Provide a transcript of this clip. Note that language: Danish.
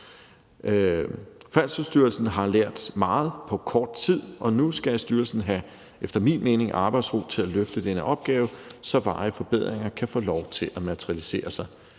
Færdselsstyrelsen har lært meget på kort tid, og nu skal styrelsen efter min mening have arbejdsro til at løfte denne opgave, så varige forbedringer kan få lov til at materialisere sig.